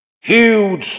Huge